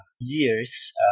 years